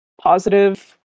positive